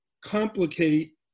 complicate